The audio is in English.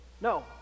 No